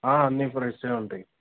అన్నీ ఫ్రెష్గా ఉంటాయి